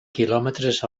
quilòmetres